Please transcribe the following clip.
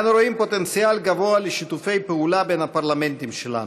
אנו רואים פוטנציאל גבוה לשיתופי פעולה בין הפרלמנטים שלנו.